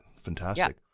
fantastic